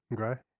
Okay